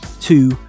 two